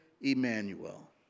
Emmanuel